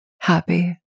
happy